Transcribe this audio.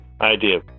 idea